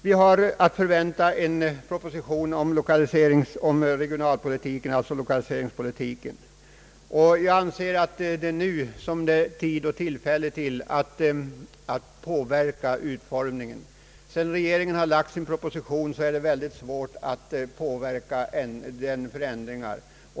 Vi har att förvänta en proposition om regionalpolitik, alltså lokaliseringspolitik. Jag anser att det just nu är tid och tillfälle att påverka utformningen. Sedan regeringen lagt sin proposition är det mycket svårt att föreslå förändringar.